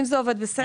אם זה עובד בסדר.